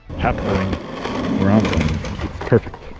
happening where i'm standing it's it's perfect